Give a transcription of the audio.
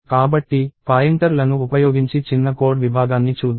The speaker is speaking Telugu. కాబట్టి పాయింటర్లను ఉపయోగించి చిన్న కోడ్ విభాగాన్ని చూద్దాం